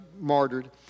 martyred